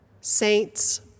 Saints